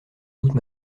doutes